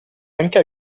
anche